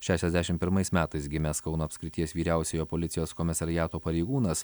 šešiasdešim pirmais metais gimęs kauno apskrities vyriausiojo policijos komisariato pareigūnas